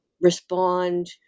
respond